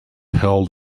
held